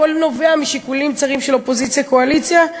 הכול נובע משיקולים צרים של אופוזיציה קואליציה?